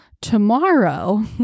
tomorrow